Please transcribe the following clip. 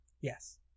Yes